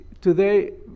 today